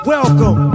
Welcome